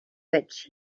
which